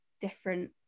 different